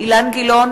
אילן גילאון,